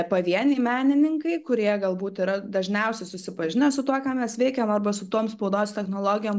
pavieniai menininkai kurie galbūt yra dažniausiai susipažinę su tuo ką mes veikiam arba su tom spaudos technologijom